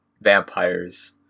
vampires